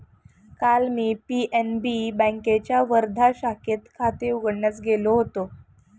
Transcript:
काल मी पी.एन.बी बँकेच्या वर्धा शाखेत खाते उघडण्यास गेलो होतो